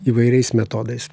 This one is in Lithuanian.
įvairiais metodais